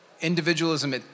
Individualism